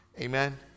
Amen